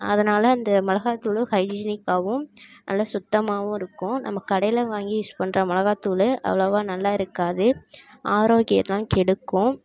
அதனால் அந்த மிளகாய்த்தூளும் ஹைஜீனிக்காகவும் நல்லா சுத்தமாகவும் இருக்கும் நம்ம கடையில் வாங்கி யூஸ் பண்ணுற மிளகாத்தூளு அவ்வளோவா நல்லா இருக்காது ஆரோக்கியம் தான் கெடுக்கும்